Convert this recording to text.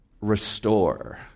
restore